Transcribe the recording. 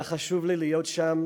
היה חשוב לי להיות שם